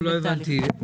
לא הבנתי.